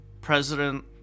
President